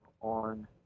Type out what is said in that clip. on